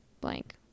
blank